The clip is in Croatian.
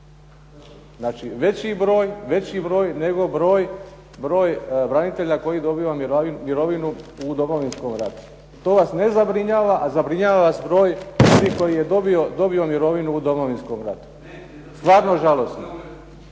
Znači veći broj nego broj branitelja koji dobiva mirovinu u Domovinskom ratu. To vas ne zabrinjava, a zabrinjava vas broj …/Govornik se ne razumije./… koji je dobio mirovinu u Domovinskom ratu. Stvarno žalosno.